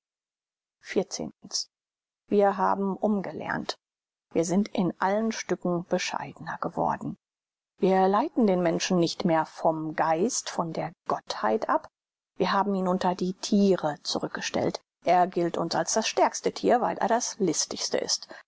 wir haben umgelernt wir sind in allen stücken bescheidner geworden wir leiten den menschen nicht mehr vom geist von der gottheit ab wir haben ihn unter die thiere zurückgestellt er gilt uns als das stärkste thier weil er das listigste ist